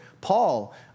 Paul